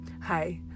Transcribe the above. Hi